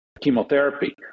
chemotherapy